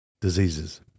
diseases